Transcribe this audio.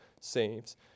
saves